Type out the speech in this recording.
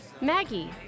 Maggie